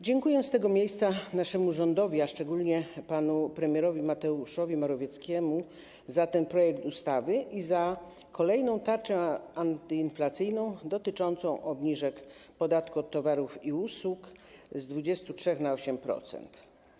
Dziękuję z tego miejsca naszemu rządowi, a szczególnie panu premierowi Mateuszowi Morawieckiemu za ten projekt ustawy i za kolejną tarczę antyinflacyjną dotyczącą obniżek podatku od towarów i usług, z 23% na 8%.